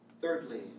Thirdly